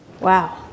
Wow